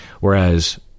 whereas